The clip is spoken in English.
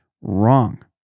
wrong